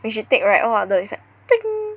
when she take right !whoa! the is like 叮